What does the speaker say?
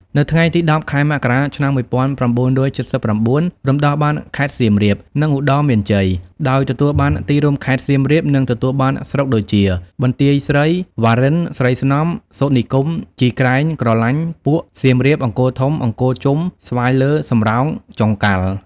នៅថ្ងៃទី ១០ ខែមករា ឆ្នាំ ១៩៧៩ រំដោះបានខេត្តសៀមរាប និងឧត្តរមានជ័យ ដោយទទួលបានទីរួមខេត្ត សៀមរាប និងទទួលបានស្រុកដូចជា បន្ទាយស្រី វ៉ារិន ស្រីស្នំ សូត្រនិគម ជីក្រែង ក្រឡាញ់ ពួក សៀមរាប អង្គរធំ អង្គរជុំ ស្វាយលើ សំរោង ចុងកាល់។